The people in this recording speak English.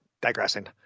digressing